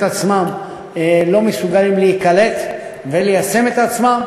עצמם לא מסוגלים להיקלט ולממש את עצמם.